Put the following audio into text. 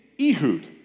Ehud